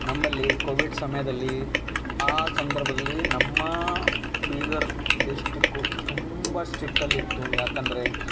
ನಂಬಲ್ಲಿ ಕೋವಿಡ್ ಸಮಯದಲ್ಲಿ ಆ ಸಂದರ್ಭದಲ್ಲಿ ನಮ್ಮ ಬೀದರ್ ಡಿಶ್ಟಿಕ್ಕು ತುಂಬ ಸ್ಟ್ರಿಕ್ಟಲ್ಲಿತ್ತು ಯಾಕಂದರೆ